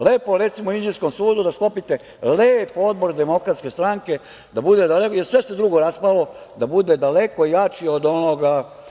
Lepo, recimo, u inđijskom sudu da sklopite lep odbor Demokratske stranke, jer sve se drugo raspalo, da bude daleko jači od onoga.